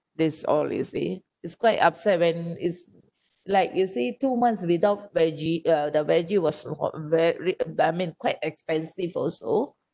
this all you see it's quite upset when it's like you see two months without veggie uh the veggie was uh very uh I mean quite expensive also